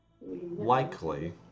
likely